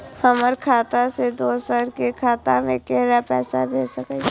हमर खाता से दोसर के खाता में केना पैसा भेज सके छे?